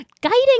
guiding